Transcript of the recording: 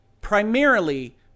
Primarily